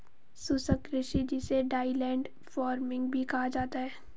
शुष्क कृषि जिसे ड्राईलैंड फार्मिंग भी कहा जाता है